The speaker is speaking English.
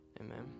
Amen